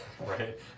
right